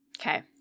Okay